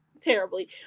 terribly